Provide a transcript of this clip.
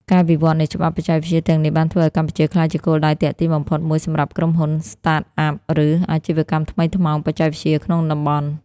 ការវិវត្តនៃច្បាប់បច្ចេកវិទ្យាទាំងនេះបានធ្វើឱ្យកម្ពុជាក្លាយជាគោលដៅទាក់ទាញបំផុតមួយសម្រាប់ក្រុមហ៊ុន Startup ឬ អាជីវកម្មថ្មីថ្មោង បច្ចេកវិទ្យាក្នុងតំបន់។